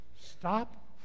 Stop